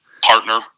partner